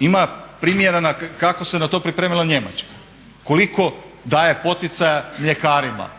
ima primjera kako se na to pripremila Njemačka, koliko daje poticaja mljekarima,